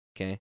okay